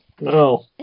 No